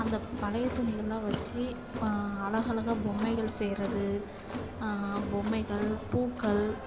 அந்த பழையத்துணிகள்லாம் வச்சு அழகலகா பொம்மைகள் செய்யறது பொம்மைகள் பூக்கள்